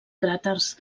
cràters